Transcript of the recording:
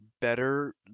better